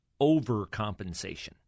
overcompensation